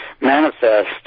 manifest